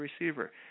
receiver